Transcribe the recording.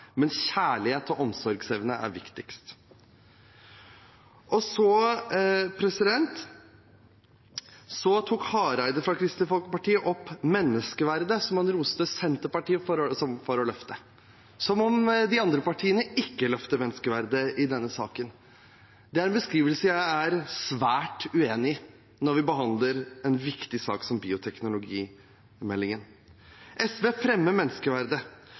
men kjærlighet og omsorgsevne er viktigst. Så tok representanten Hareide fra Kristelig Folkeparti opp menneskeverdet, som han roste Senterpartiet for å løfte, som om de andre partiene ikke løfter menneskeverdet i denne saken. Det er en beskrivelse jeg er svært uenig i, når vi behandler en viktig sak som bioteknologimeldingen. SV fremmer menneskeverdet,